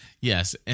Yes